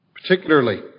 particularly